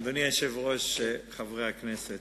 אדוני היושב-ראש, חברי הכנסת,